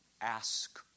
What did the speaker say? ask